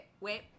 wait